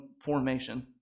formation